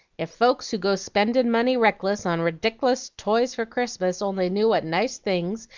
if folks who go spendin money reckless on redic'lus toys for christmas only knew what nice things,